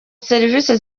serivisi